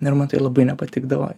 ir man tai labai nepatikdavo